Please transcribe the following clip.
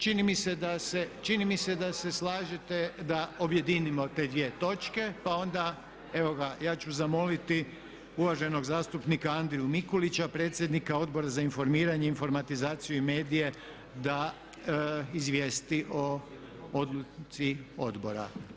Čini mi se da se slažete da objedinimo te dvije točke pa onda evo ga ja ću zamoliti uvaženog zastupnika Andriju Mikulića, predsjednika Odbora za informiranje, informatizaciju i medije da izvijesti o odluci odbora.